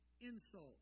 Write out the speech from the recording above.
insult